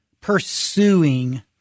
pursuing